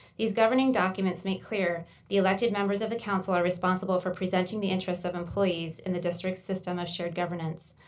these governing documents make clear the elected members of the council are responsible for presenting the interest of employees in a district system of shared governance.